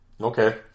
okay